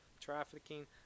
trafficking